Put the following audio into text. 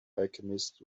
alchemist